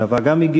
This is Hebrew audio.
גם ערבה הגיעה?